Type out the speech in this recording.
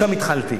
משם התחלתי.